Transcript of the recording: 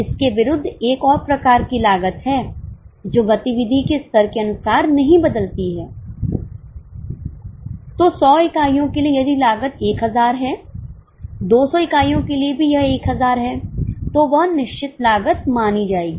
इसके विरुद्ध एक और प्रकार की लागत है जो गतिविधि के स्तर के अनुसार नहीं बदलती है तो 100 इकाइयों के लिए यदि लागत 1000 है 200 इकाइयों के लिए भी यह 1000 है तो वह निश्चित लागत मानी जाएगी